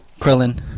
Krillin